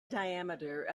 diameter